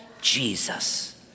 Jesus